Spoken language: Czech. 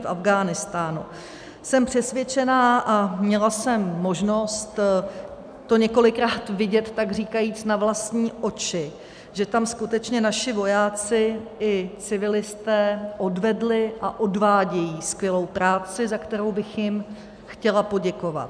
Jsem přesvědčená, a měla jsem možnost to několikrát vidět takříkajíc na vlastní oči, že tam skutečně naši vojáci i civilisté odvedli a odvádějí skvělou práci, za kterou bych jim chtěla poděkovat.